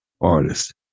artist